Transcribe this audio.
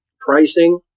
pricing